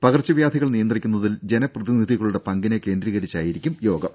പകർച്ച വ്യാധികൾ നിയന്ത്രിക്കുന്നതിൽ ജനപ്രതിനിധികളുടെ പങ്കിനെ കേന്ദ്രീകരിച്ചായിരിക്കും യോഗം